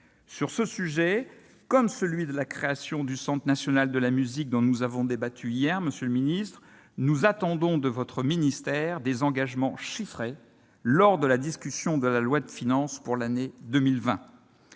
Sur ce sujet, comme pour la création du centre national de la musique, dont nous avons débattu hier, nous attendons de votre ministère des engagements chiffrés lors de la discussion du projet de loi de finances pour 2020.